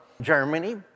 Germany